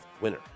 winner